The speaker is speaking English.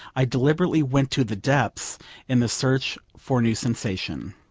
i deliberately went to the depths in the search for new sensation.